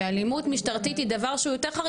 שאלימות משטרתית היא דבר שהוא יותר חריג